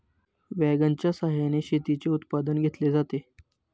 वॅगनच्या सहाय्याने शेतीचे उत्पादन घेतले जाते